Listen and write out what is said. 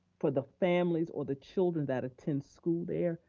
for the families or the children that attend school there,